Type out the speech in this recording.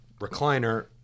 recliner